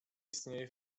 istnieje